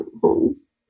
homes